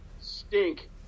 Stink